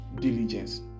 diligence